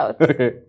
Okay